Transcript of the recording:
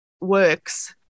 works